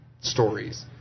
stories